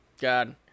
God